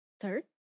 Third